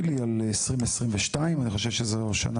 על 2022, אני חושב שזו השנה